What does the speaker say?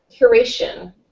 curation